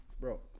Bro